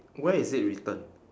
where is it written